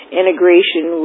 integration